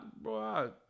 Bro